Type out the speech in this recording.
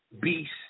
beast